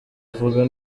uvuga